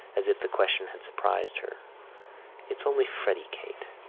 as if the question had surprised her it's only freddy, kate,